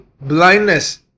blindness